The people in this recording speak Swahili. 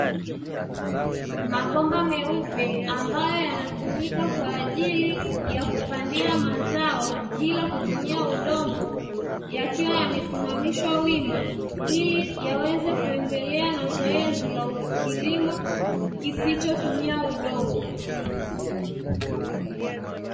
Mabomba meupe ambayo yanatumika kwa ajili ya kupandia mazao bila kutumia udongo, yakiwa yamesimamishwa wima, ili yaweze kuendelea na zoezi la kilimo kisichotumia udongo.